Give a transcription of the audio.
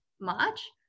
March